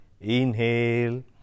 inhale